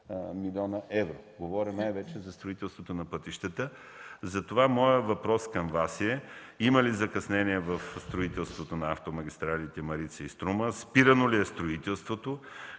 млн. евро – говорим най-вече за строителството на пътищата. Затова моят въпрос към Вас е: има ли закъснение в строителството на автомагистралите „Марица” и „Струма”? Спирано ли е строителството?